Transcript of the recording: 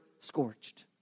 scorched